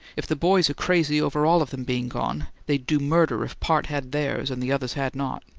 if the boys are crazy over all of them being gone, they'd do murder if part had theirs, and the others had not.